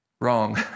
Wrong